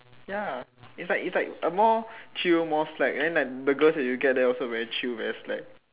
ya it's like it's like more chill more slack and then like the girls you get there also very chill very slack